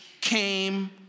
came